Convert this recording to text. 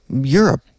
Europe